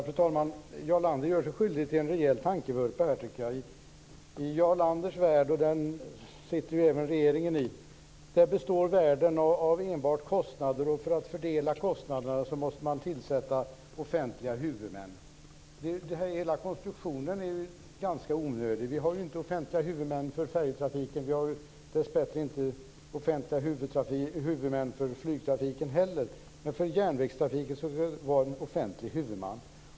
Fru talman! Jarl Lander gör sig skyldig till en rejäl tankevurpa. I Jarl Landers värld, där också regeringen befinner sig i, har man enbart kostnader, och för att kunna fördela dem måste man tillsätta offentliga huvudmän. Hela konstruktionen är ganska onödig. Vi har ju inte offentliga huvudmän för färjetrafiken och dess bättre inte heller för flygtrafiken. Men för järnvägstrafiken ska det vara en offentlig huvudman.